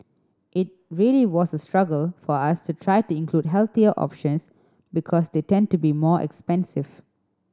it really was a struggle for us to try to include healthier options because they tend to be more expensive